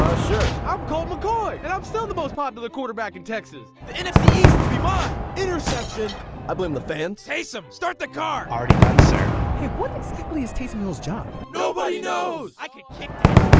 ah sure i'm colt mccoy and i'm still the most popular quarterback in texas the nfc east could be mine interception i blame the fans taysom, start the car already done, sir hey, what exactly is taysom hill's job? nobody knows i could kick